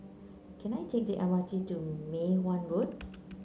can I take the M R T to Mei Hwan Road